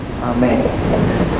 Amen